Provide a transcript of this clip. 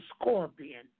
scorpion